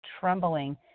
trembling